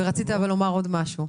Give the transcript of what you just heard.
רצית לומר עוד משהו?